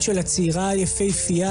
הנפשי,